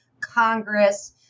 Congress